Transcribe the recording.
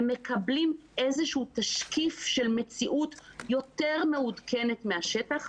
הם מקבלים איזשהו תשקיף של מציאות יותר מעודכנת מהשטח,